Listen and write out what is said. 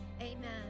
amen